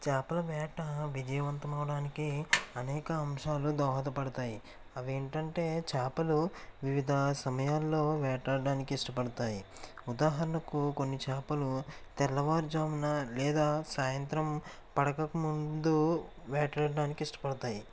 చేపల వేట విజయవంతం అవ్వడానికి అనేక అంశాలు దోహద పడుతాయి అవి ఏంటంటే చేపలు వివిధ సమయాల్లో వేటాడటానికి ఇష్టపడతాయి ఉదాహరణకు కొన్ని చేపలు తెల్లవారుజామున లేదా సాయంత్రం పడకకు ముందు వేటాడడానికి ఇష్టపడతాయి